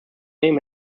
name